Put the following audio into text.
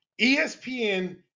ESPN